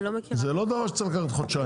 זה לא דבר שצריך לקחת חודשיים.